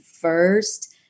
first